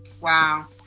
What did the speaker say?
Wow